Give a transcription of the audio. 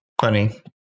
funny